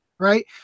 Right